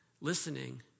listening